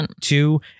two